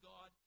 God